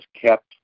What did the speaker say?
kept